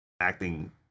Acting